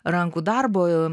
rankų darbo